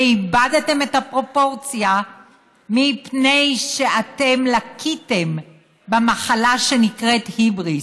ואיבדתם את הפרופורציה מפני שאתם לקיתם במחלה שנקראת היבריס.